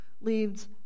leaves